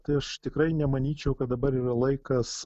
tai aš tikrai nemanyčiau kad dabar yra laikas